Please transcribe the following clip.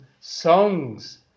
songs